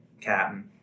Captain